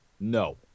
No